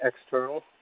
external